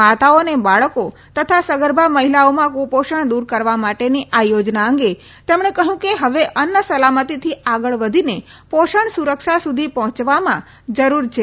માતાઓ અને બાળકો તથા સગર્ભા મહિલાઓમાં કુપોષણ દૂર કરવા માટેની આ યોજના અંગે તેમણે કહ્યું કે હવે અન્ન સલામતિથી આગળ વધીને પોષણ સુરક્ષા સુધી પહોંચવામાં જરૂર છે